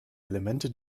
elemente